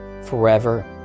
forever